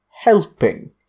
helping